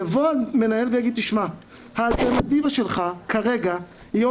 יבוא מנהל ויגיד: האלטרנטיבה שלך כרגע היא או